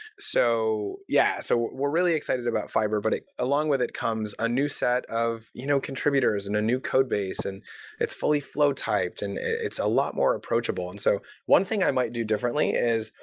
so yeah, so we're really excited about fiber, but along with it comes a new set of you know contributors, and a new codebase, and it's fully flow typed, and it's a lot more approachable. and so one thing i might do differently is,